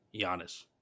Giannis